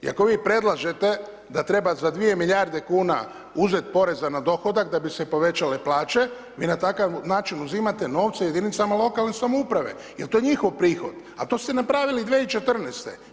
I ako vi predlažete da treba za 2 milijarde kuna uzeti poreza na dohodak da bi se povećale plaće, vi na takav način uzimate novce jedinicama lokalne samouprave jer je to njihov prihod, a to ste napravili 2014.-te.